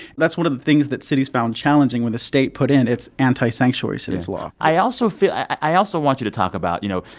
that's one of the things that cities found challenging when the state put in its anti-sanctuary cities law i also feel i also want you to talk about you know,